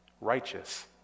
righteous